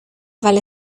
vale